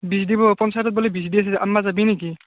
বীজ দিব পঞ্চায়তত বোলে বীজ দি আছে আনিব যাবি নেকি